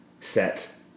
set